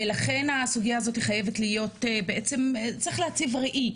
ולכן צריך להציב ראי,